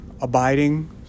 abiding